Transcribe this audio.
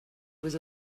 was